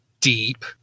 deep